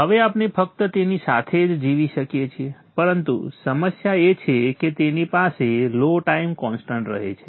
હવે આપણે ફક્ત તેની સાથે જ જીવી શકીએ છીએ પરંતુ સમસ્યા એ છે કે તેની પાસે લો ટાઇમ કોન્સ્ટન્ટ રહે છે